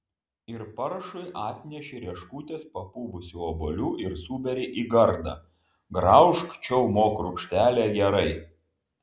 ir paršui atneši rieškutes papuvusių obuolių ir suberi į gardą graužk čiaumok rūgštelė gerai